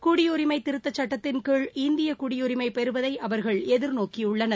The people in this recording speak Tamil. குடியுரிமை திருத்தச்சுட்டத்தின் கீழ் இந்திய குடியுரிமை பெறுவதை அவர்கள் எதிர்நோக்கியுள்ளனர்